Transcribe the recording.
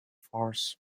farce